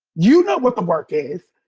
you know what the work is.